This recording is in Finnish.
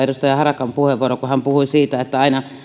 edustaja harakan puheenvuoroa kun hän puhui siitä että aina